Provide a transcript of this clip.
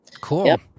cool